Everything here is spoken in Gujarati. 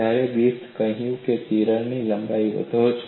જ્યારે ગ્રિફિથે કહ્યું કે તિરાડની લંબાઈ વાંધો છે